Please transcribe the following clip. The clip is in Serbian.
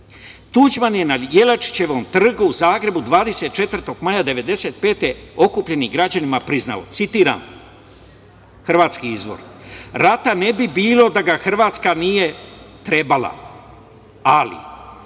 Tuđman je na Jelačićevom trgu u Zagrebu 24. maja 1995. godine okupljenim građanima priznao, citiram hrvatski izvor – rata ne bi bilo da ga Hrvatska nije trebala, ali